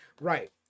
right